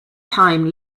time